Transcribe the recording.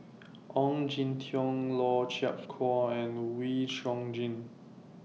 Ong Jin Teong Lau Chiap Khai and Wee Chong Jin